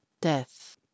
Death